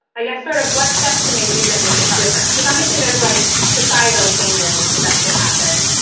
i guess sort of what steps can they take that make a difference? because obviously there's like societal changes that can happen.